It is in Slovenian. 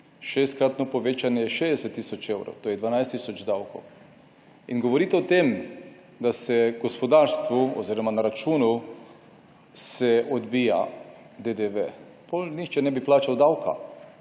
šestkratno povečanje je 60 tisoč evrov, to je 12 tisoč davkov in govoriti o tem, da se gospodarstvu oziroma na računu se odbija DDV, potem nihče ne bi plačal davka,